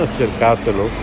cercatelo